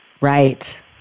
Right